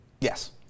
Yes